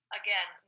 again